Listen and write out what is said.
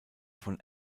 von